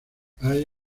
hay